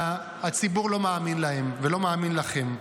הציבור לא מאמין להם ולא מאמין לכם.